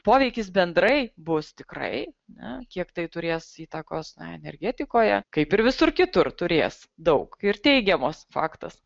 poveikis bendrai bus tikrai ne kiek tai turės įtakos na energetikoje kaip ir visur kitur turės daug ir teigiamos faktas